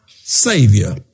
savior